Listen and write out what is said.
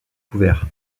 couvert